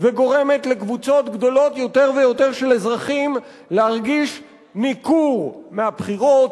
וגורמת לקבוצות גדולות יותר ויותר של אזרחים להרגיש ניכור מהבחירות,